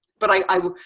but i will,